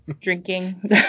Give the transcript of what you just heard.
drinking